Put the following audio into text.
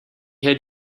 had